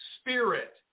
Spirit